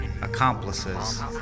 Accomplices